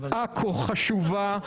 עכו חשובה.